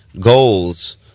goals